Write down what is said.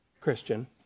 Christian